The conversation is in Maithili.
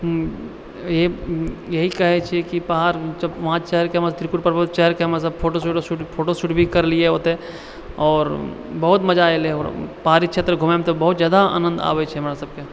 यहि कहे छियै कि पहाड़ वहाँ चढ़िकऽ वहाँ त्रिकुट पर्वत चढ़िके हमरासभ फोटो वोटो फोटो शूट भी करलियै ओतय आओर बहुत मजा अयलै पहाड़ी क्षेत्र घुमैमे तऽ बहुत जादा आनन्द आबै छै हमरासभके